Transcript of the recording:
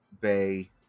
Bay